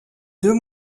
deux